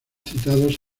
citados